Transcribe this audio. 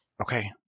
Okay